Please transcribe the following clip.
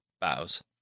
bows